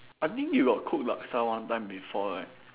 I think you got cook laksa one time before right